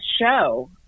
show